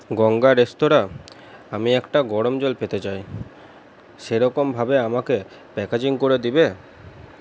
Ganga restaurant আমি একটা গরম জল পেতে চাই সেরকমভাবে আমাকে প্যাকেজিং করে দিবে